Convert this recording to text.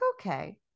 okay